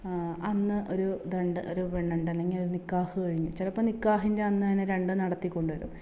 അന്ന് ഒരു ഇതുണ്ട് ഒരു പെണ്ണുണ്ട് അല്ലെങ്കിൽ ഒരു നിക്കാഹ് കഴിഞ്ഞ് ചിലപ്പോൾ നിക്കാഹിൻ്റെ അന്ന് തന്നെ രണ്ടും നടത്തി കൊണ്ട് വരും